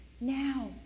Now